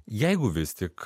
jeigu vis tik